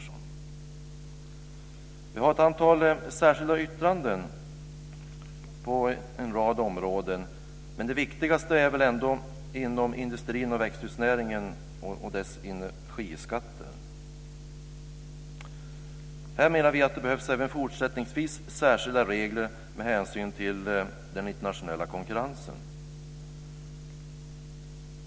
Det har avgetts ett antal särskilda yttranden på en rad områden, men det viktigaste är energiskatterna inom industrin och växthusnäringen. Det behövs även fortsättningsvis särskilda regler med hänsyn till den internationella konkurrensen.